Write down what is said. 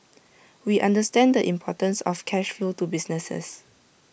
we understand the importance of cash flow to businesses